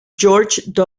george